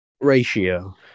Ratio